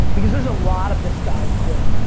because there's a lot of disguised good.